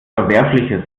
verwerfliches